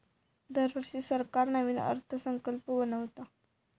दरवर्षी सरकार नवीन अर्थसंकल्प बनवता